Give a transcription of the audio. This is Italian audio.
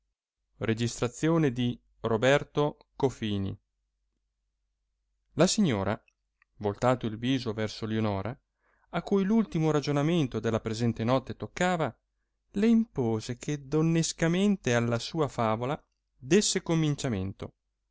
e voltato il viso verso a lionora a cui l ultimo ragionamento della presente notte toccava le impose che donnescamente alla sua favola desse